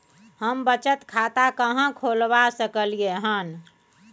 हम बचत खाता कहाॅं खोलवा सकलिये हन?